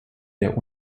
der